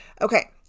Okay